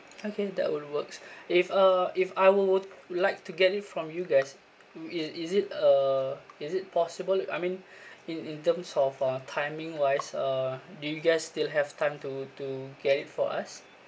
okay that will works if uh if I would like to get it from you guys is is it uh is it possible I mean in in terms of uh timing wise uh do you guys still have time to to get it for us